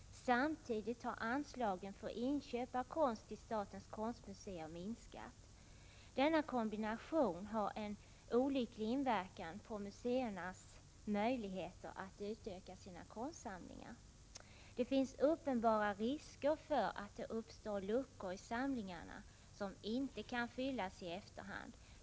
Samtidigt har anslagen för inköp av konst till statens konstmuseer minskat. Denna kombination har en olycklig inverkan på museernas möjligheter att utöka sina konstsamlingar. Det finns uppenbara risker för att det uppstår luckor i samlingarna som inte kan fyllas i efterhand.